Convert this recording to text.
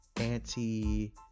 anti